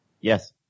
Yes